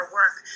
work